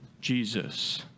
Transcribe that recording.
Jesus